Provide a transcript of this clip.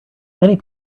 many